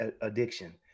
addiction